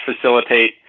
facilitate